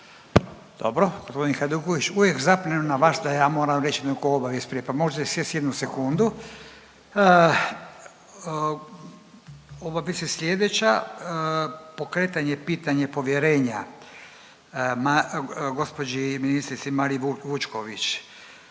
Dobro, gospodin Hajduković. Uvijek zapnem na vas da ja moram reći neku obavijest prije. Pa možete sjesti jednu sekundu. Uvodi se slijedeća, pokretanje pitanje povjerenja gospođi ministrici Mariji Vučković,